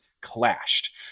clashed